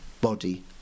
body